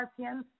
RPM